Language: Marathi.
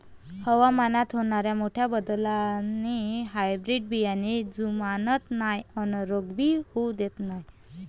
हवामानात होनाऱ्या मोठ्या बदलाले हायब्रीड बियाने जुमानत नाय अन रोग भी होऊ देत नाय